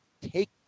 Take